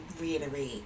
reiterate